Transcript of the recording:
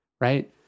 right